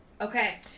Okay